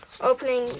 opening